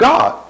God